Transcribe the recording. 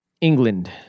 England